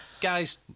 guys